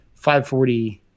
540